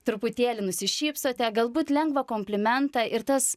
truputėlį nusišypsote galbūt lengvą komplimentą ir tas